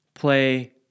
play